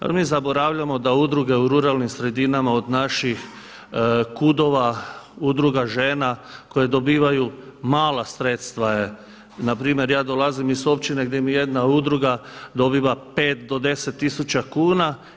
A mi zaboravljamo da udruge u ruralnim sredinama od naših KUD-ova, udruga žena koje dobivaju mala sredstva je, npr. ja dolazim iz općine gdje mi jedna udruga dobiva 5 do 10 tisuća kuna.